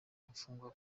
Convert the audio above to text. imfungwa